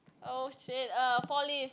oh !shit! uh Four Leaves